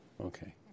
Okay